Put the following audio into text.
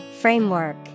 Framework